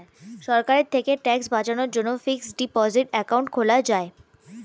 সরকার থেকে ট্যাক্স বাঁচানোর জন্যে ফিক্সড ডিপোসিট অ্যাকাউন্ট খোলা যায়